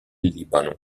libano